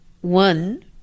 one